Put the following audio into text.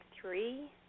three